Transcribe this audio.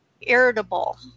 irritable